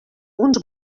uns